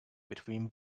between